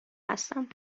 هستم